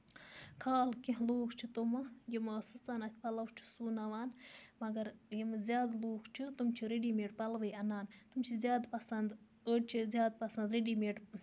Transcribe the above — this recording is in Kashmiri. خال کیٚنہہ لوٗکھ چھِ تِمہٕ یِم سٕژَن اَتھِ پَلو چھِ سُوناوان مَگر یِم زیادٕ لوٗکھ چھِ تِم چھِ ریڈی میڈ پَلوٕے اَنان تِم چھِ زیاد پَسند أڑۍ چھِ زیادٕ پَسند ریڈی میڈ